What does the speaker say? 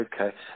Okay